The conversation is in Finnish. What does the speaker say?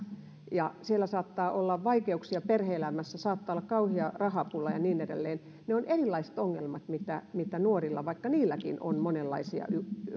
siellä saattaa olla vaikeuksia perhe elämässä saattaa olla kauhea rahapula ja niin edelleen ne ovat erilaiset ongelmat mitä mitä nuorilla vaikka heilläkin on monenlaisia